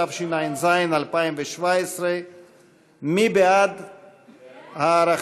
התשע"ז 2017. מי בעד ההארכה?